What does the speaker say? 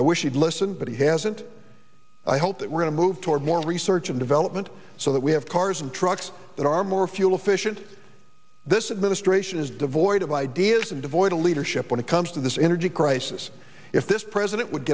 i wish he'd listen but he hasn't i hope that we're going to move toward more research and development so that we have cars and trucks that are more fuel efficient this administration is devoid of ideas and devoid of leadership when it comes to this energy crisis if this president would